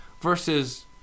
versus